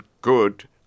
good